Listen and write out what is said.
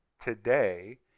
today